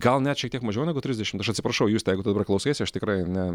gal net šiek tiek mažiau negu trisdešim aš atsiprašau juste jeigu tu dabar klausaisi aš tikrai ne